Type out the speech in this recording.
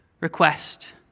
request